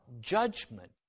judgment